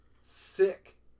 Sick